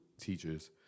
teachers